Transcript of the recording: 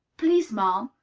please, ma'am,